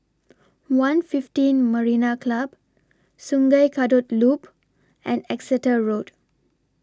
one fifteen Marina Club Sungei Kadut Loop and Exeter Road